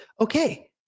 Okay